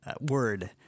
word